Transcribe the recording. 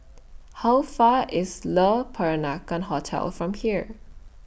How Far away IS Le Peranakan Hotel from here